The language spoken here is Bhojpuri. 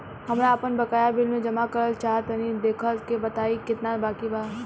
हमरा आपन बाकया बिल जमा करल चाह तनि देखऽ के बा ताई केतना बाकि बा?